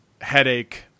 headache